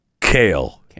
Kale